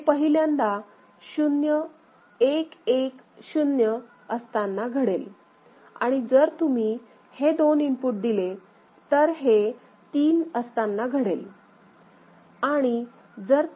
हे पहिल्यांदा 0110 असताना घडेल आणि जर तुम्ही हे दोन इनपुट दिले तर हे 3 हे असतांना घडेल